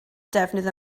defnydd